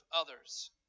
others